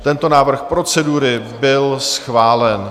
Tento návrh procedury byl schválen.